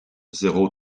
zéro